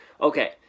Okay